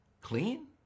Clean